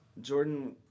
Jordan